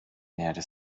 näherte